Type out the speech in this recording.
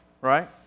right